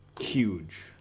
huge